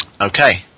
Okay